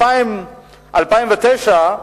2000 2009,